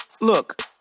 look